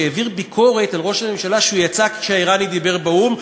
שהעביר ביקורת על ראש הממשלה שיצא כשהאיראני דיבר באו"ם.